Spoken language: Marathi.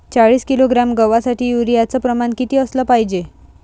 चाळीस किलोग्रॅम गवासाठी यूरिया च प्रमान किती असलं पायजे?